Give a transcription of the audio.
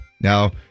Now